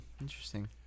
Interesting